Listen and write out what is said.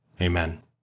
Amen